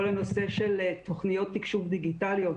כל הנושא של תוכניות תקשוב דיגיטליות,